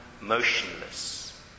motionless